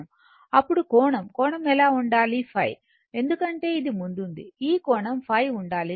అప్పుడు కోణం కోణం ఎలా ఉండాలి ϕ ఎందుకంటే ఇది ముందుంది ఈ కోణం ϕ ఉండాలి